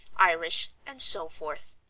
irish and so forth.